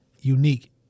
unique